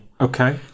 Okay